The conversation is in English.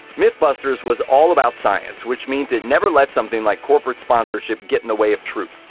mythbusters was all about science, which means it never let something like corporate sponsorship get in the way of truth.